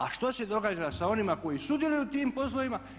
A što se događa sa onima koji sudjeluju u tim poslovima?